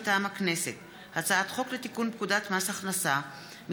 מטעם הממשלה: הצעת חוק פקודת בריאות העם (תיקון מס' 32)